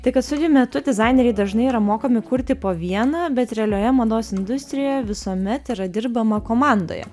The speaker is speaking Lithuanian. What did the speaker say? tai kad studijų metu dizaineriai dažnai yra mokomi kurti po vieną bet realioje mados industrijoje visuomet yra dirbama komandoje